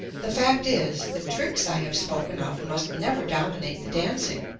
the fact is, the tricks i have spoken of must never dominate the dancing,